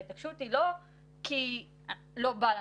ההתעקשות היא לא כי לא בא לנו,